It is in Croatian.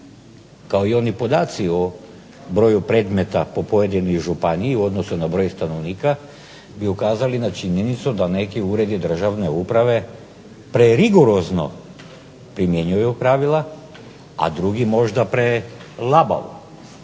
Kao i oni podaci o broju predmeta po pojedinoj županiji u odnosu na broj stanovnika bi ukazali na činjenicu da neki uredi državne uprave prerigorozno primjenjuju pravila, a drugi možda prelabavo.